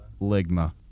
Ligma